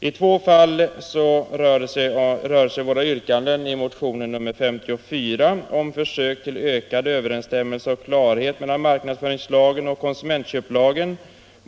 I två fall rör sig våra yrkanden i motion nr 54 endast om försök till ökad överensstämmelse och klarhet mellan marknadsföringslagen och konsumentköplagen.